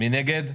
מי נגד?